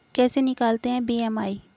कैसे निकालते हैं बी.एम.आई?